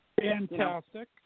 Fantastic